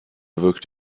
évoque